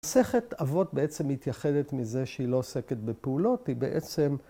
מ‫סכת אבות בעצם מתייחדת מזה ‫שהיא לא עוסקת בפעולות, היא בעצם...